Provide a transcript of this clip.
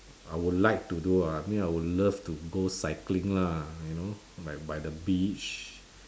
I would like to do ah I mean I would love to go cycling lah you know like by the beach